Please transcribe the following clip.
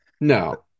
No